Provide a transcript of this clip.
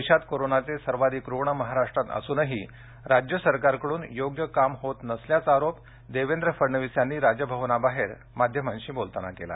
देशात कोरोनाचे सर्वाधिक रुग्ण महाराष्ट्रात असूनही राज्य सरकारकडून योग्य काम होत नसल्याचा आरोप देवेंद्र फडणवीस यांनी राजभवनाबाहेर माध्यमांशी बोलताना केला